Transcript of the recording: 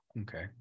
Okay